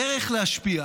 הדרך להשפיע